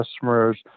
customers